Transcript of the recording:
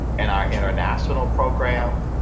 and our international program,